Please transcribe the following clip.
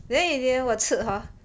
then you in the end 我吃 hor